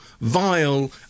vile